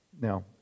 Now